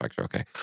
okay